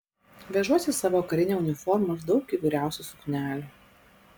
vežuosi savo karinę uniformą ir daug įvairiausių suknelių